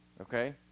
Okay